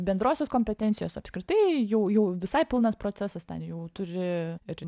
bendrosios kompetencijos apskritai jau jau visai pilnas procesas ten jau turi ir